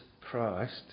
Christ